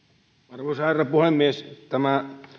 arvoisa herra puhemies tämä